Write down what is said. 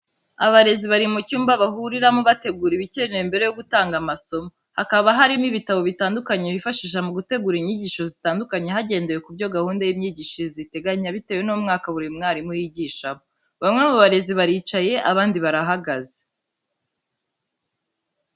Abarezi bari mu cyumba bahuriramo bategura ibikenewe mbere yo gutanga amasomo, hakaba harimo ibitabo bitandukanye bifashisha mu gutegura inyigisho zitandukanye hagendewe ku byo gahunda y'imyigishirize iteganya bitewe n'umwaka buri mwarimu yigishamo, bamwe mu barezi baricaye abandi barahagaze.